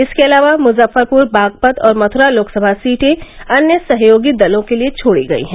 इसके अलावा मुजफ्फरपुर बागपत और मथुरा लोकसभा सीटें अन्य सहयोगी दलों के लिये छोड़ी गयी है